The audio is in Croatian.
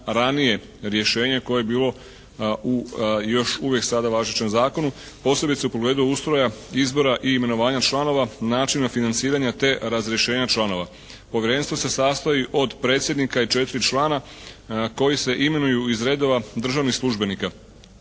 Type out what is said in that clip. ranije rješenje koje je bilo u još uvijek sada važećem zakonu, posebice u pogledu ustroja izbora i imenovanja članova, načina financiranja te razrješenja članova. Povjerenstvo se sastoji od predsjednika i četiri člana koji se imenuju iz redova državnih službenika.